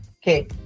Okay